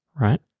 right